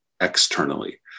externally